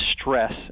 stress